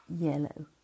yellow